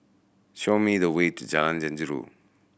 show me the way to Jalan Jeruju